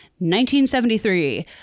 1973